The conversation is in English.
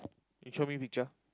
you show me picture